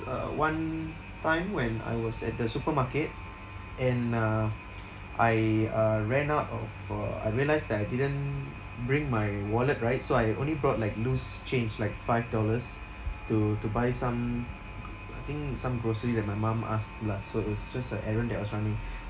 uh one time when I was at the supermarket and uh I uh ran out of uh I realised that I didn't bring my wallet right so I only brought like loose change like five dollars to to buy some I think some grocery that my mum asked lah so it was just a errand that I was running